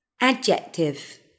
Adjective